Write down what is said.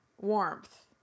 warmth